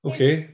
Okay